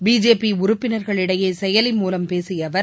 BJP உறுப்பினர்களிடையே செயலி மூலம் பேசிய அவர்